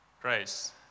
grace